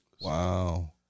Wow